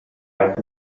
right